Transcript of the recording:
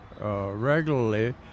regularly